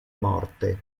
morte